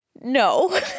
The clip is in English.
no